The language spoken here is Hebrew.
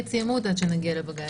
הפריץ ימות עד שנגיע לבג"ץ.